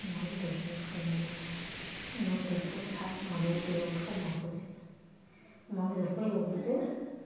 अमा बेदरजों सङोबा अमा बेदरखौ माबायाव दोयाव समबार होदो अमा बेदरखौ एवग्रोदो